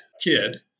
kid